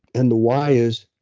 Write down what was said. and the why is,